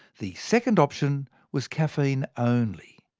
the second option was caffeine only.